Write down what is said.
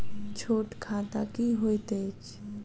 छोट खाता की होइत अछि